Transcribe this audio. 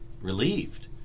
relieved